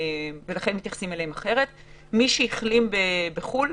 לגבי מי שהחלים בחו"ל,